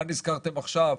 מה נזכרתם עכשיו,